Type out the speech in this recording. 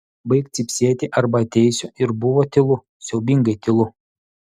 baik cypsėti arba ateisiu ir buvo tylu siaubingai tylu